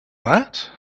that